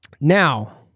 Now